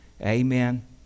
Amen